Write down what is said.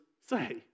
say